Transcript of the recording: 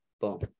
boom